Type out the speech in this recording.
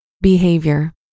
Behavior